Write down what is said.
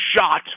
shot